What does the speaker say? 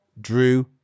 drew